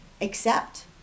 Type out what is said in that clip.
accept